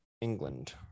England